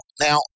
Now